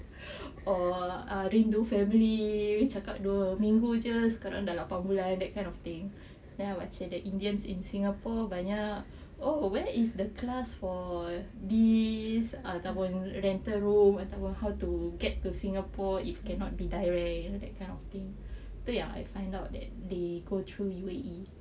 or rindu family cakap dua minggu jer sekarang dah lapan bulan that kind of thing then I would say the indians in singapore banyak oh where is the class for this err ataupun rented room and talk about how to get to singapore if cannot be direct that kind of thing so ya I find out that they go through U_A_E